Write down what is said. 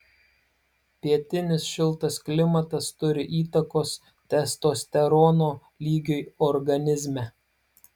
pietinis šiltas klimatas turi įtakos testosterono lygiui organizme